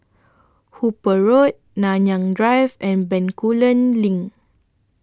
Hooper Road Nanyang Drive and Bencoolen LINK